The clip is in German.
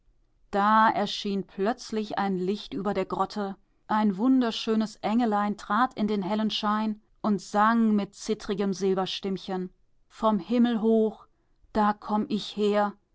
da erschien plötzlich ein licht über der grotte ein wunderschönes engelein trat in den hellen schein und sang mit zittrigem silberstimmchen vom himmel hoch da komm ich her